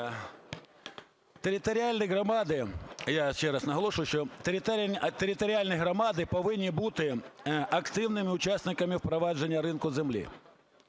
територіальні громади повинні бути активними учасниками впровадження ринку землі